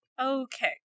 Okay